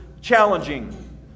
challenging